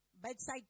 Bedside